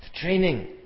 training